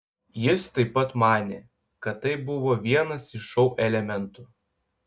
jis taip pat manė kad tai buvo vienas iš šou elementų